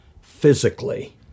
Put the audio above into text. physically